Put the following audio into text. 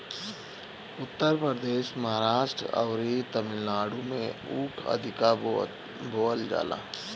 उत्तर प्रदेश, महाराष्ट्र अउरी तमिलनाडु में ऊख अधिका बोअल जाला